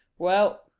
well,